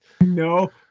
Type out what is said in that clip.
No